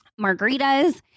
margaritas